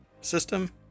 system